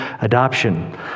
adoption